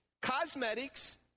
cosmetics